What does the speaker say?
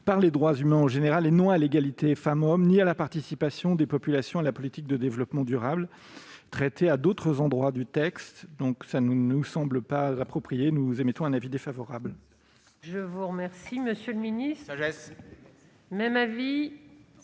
par les droits humains en général et non à l'égalité entre les femmes et les hommes ni à la participation des populations à la politique de développement durable, traitées à d'autres endroits du texte. Cela ne nous semble pas approprié : l'avis est défavorable.